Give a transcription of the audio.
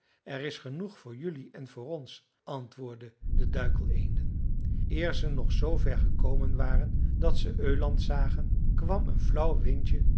er is genoeg voor jelui en voor ons antwoordden de duikeleenden eer ze nog zoover gekomen waren dat ze öland zagen kwam een flauw windje